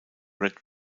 red